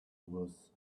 was